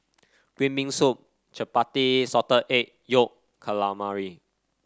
Green Bean Soup Chappati Salted Egg Yolk Calamari